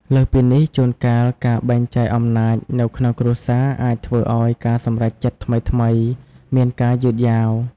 លើសពីនេះ ជួនកាលការបែងចែកអំណាចនៅក្នុងគ្រួសារអាចធ្វើឲ្យការសម្រេចចិត្តថ្មីៗមានការយឺតយ៉ាវ។